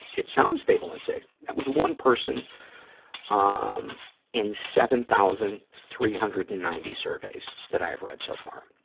it sounds stable and safe. that was one person ah um in seven thousand three hundred and ninety surveys that i have read so far,